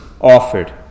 offered